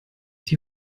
die